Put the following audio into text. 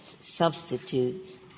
substitute